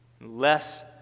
Less